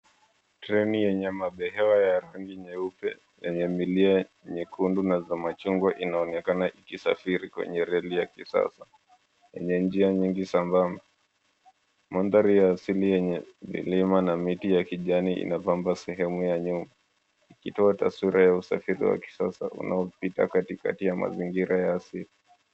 Treni yenye mabehewa ya rangi nyeupe yenye milia nyekundu na za machungwa inaonekana ikisafiri kwenye reli ya kisasa yenye njia nyingi sambamba. Mandhari ya asili yenye milima na miti ya kijani inabamba sehemu ya nyuma ikitoa taswira ya usafiri wa kisasa unaopita katikati ya mazingira ya asili.